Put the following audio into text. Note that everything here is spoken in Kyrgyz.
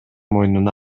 мойнуна